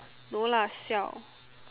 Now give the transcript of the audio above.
no lah siao